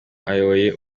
ayoboye